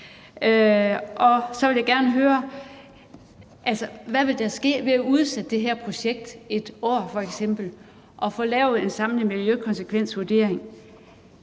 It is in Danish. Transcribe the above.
Så vil jeg gerne høre: Hvad vil der ske ved at udsætte det her projekt i f.eks. et år og få lavet en samlet miljøkonsekvensvurdering?